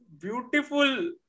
beautiful